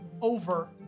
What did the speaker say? over